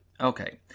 Okay